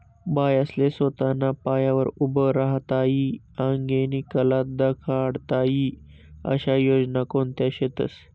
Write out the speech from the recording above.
बायास्ले सोताना पायावर उभं राहता ई आंगेनी कला दखाडता ई आशा योजना कोणत्या शेतीस?